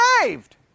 saved